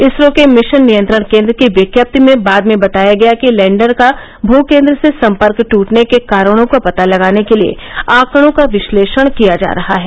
इसरो के मिशन नियंत्रण केन्द्र की विज्ञप्ति में बाद में बताया गया कि लैंडर का भूकेन्द्र से सम्पर्क टूटने के कारणों का पता लगाने के लिए आंकड़ों का विश्लेषण किया जा रहा है